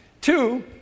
two